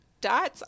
Dot's